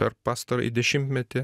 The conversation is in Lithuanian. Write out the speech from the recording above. per pastarąjį dešimtmetį